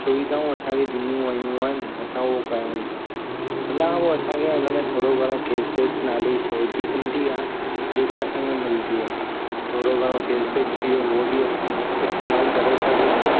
सुविधाऊं असांखे ॾिनियूं वियूं आहिनि असां उहो कयूं था हुन खां पोइ असांखे हुन में थोरो घणो कैशबैक नाले जी शइ बि ईंदी आहे जेका असांखे मिलंदी आहे थोरो घणो कैशबैक थी वियो उहो बि असां इस्तेमालु करे सघूं था